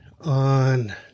on